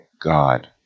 God